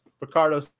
Ricardo